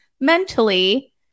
mentally